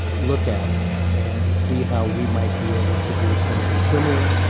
look at and see how we might be able to do something similar